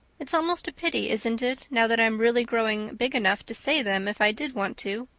it's almost a pity, isn't it, now that i'm really growing big enough to say them if i did want to.